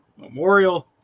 memorial